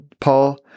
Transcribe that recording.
Paul